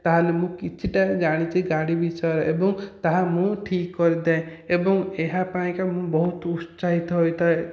ତା'ହେଲେ ମୁଁ କିଛିଟା ଜାଣିଛି ଗାଡ଼ି ବିଷୟରେ ଏବଂ ତାହା ମୁଁ ଠିକ କରିଥାଏ ଏବଂ ଏହା ପାଇଁକା ମୁଁ ବହୁତ ଉତ୍ସାହିତ ହୋଇଥାଏ